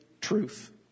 Truth